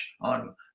on